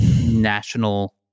national